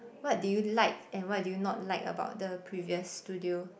what did you like and what did you not like about the previous studio